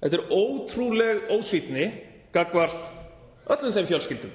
Þetta er ótrúleg ósvífni gagnvart öllum þeim fjölskyldum